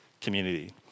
community